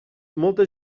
molta